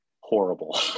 horrible